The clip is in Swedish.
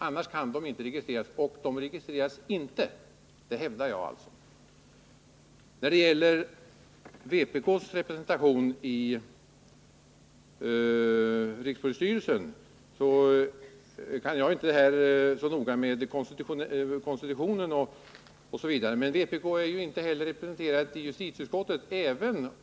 Annars registreras han inte — det hävdar jag. När det gäller vpk:s representation i rikspolisstyrelsen vill jag säga att jag inte är så noga insatt i detta med konstitutionen, men vpk är ju inte heller representerat i justitieutskottet.